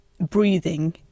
Breathing